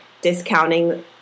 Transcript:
discounting